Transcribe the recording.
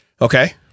Okay